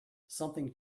something